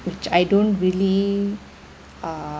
which I don't really uh